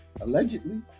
Allegedly